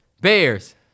Bears